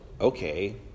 okay